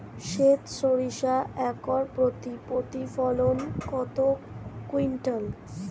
সেত সরিষা একর প্রতি প্রতিফলন কত কুইন্টাল?